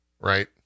right